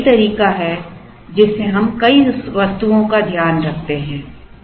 तो यह वह तरीका है जिससे हम कई वस्तुओं का ध्यान रखते हैं